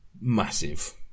massive